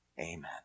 Amen